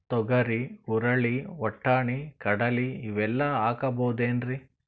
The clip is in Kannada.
ತೊಗರಿ, ಹುರಳಿ, ವಟ್ಟಣಿ, ಕಡಲಿ ಇವೆಲ್ಲಾ ಹಾಕಬಹುದೇನ್ರಿ?